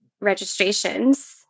registrations